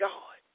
God